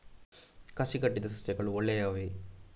ಕಸಿ ಕಟ್ಟಿದ ಸಸ್ಯಗಳು ಒಳ್ಳೆಯವೇ?